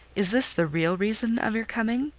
is this the real reason of your coming?